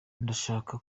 ndashaka